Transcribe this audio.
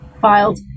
Filed